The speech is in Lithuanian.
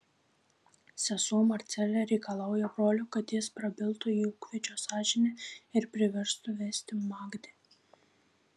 sesuo marcelė reikalauja brolio kad jis prabiltų į ūkvedžio sąžinę ir priverstų vesti magdę